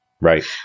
Right